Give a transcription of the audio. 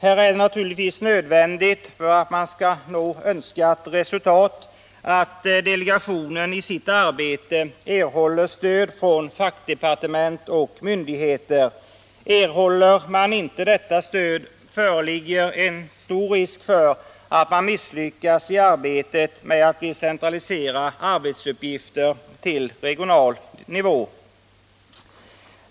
Här är det naturligtvis nödvändigt, för att man skall nå Önskat resultat, att delegationen i sitt arbete erhåller stöd från fackdepartement och myndigheter. Erhåller man inte detta stöd, föreligger en stor risk för att man misslyckas i arbetet med att decentralisera arbetsuppgifter till regional nivå.